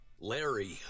Larry